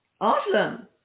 Awesome